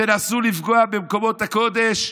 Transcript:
תנסו לפגוע במקומות הקודש,